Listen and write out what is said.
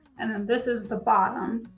and then this is the bottom